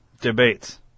debates